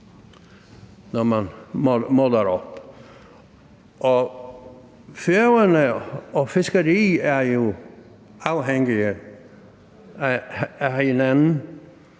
Færøerne og fiskeriet er jo afhængige af hinanden,